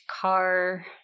car